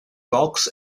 cox